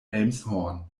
elmshorn